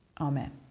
Amen